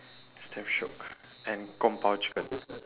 it's damn shiok and gong-bao chicken